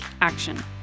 action